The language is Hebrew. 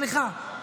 סליחה,